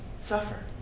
suffer